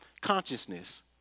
consciousness